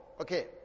Okay